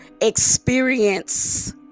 experience